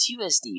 USD